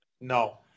No